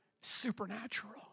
supernatural